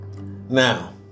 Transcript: Now